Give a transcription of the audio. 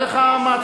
אני אתן לך מעצור.